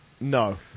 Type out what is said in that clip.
No